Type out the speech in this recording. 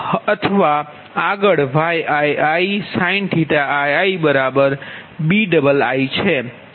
અથવા આગળ Yiisin⁡ Biiછે